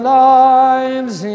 lives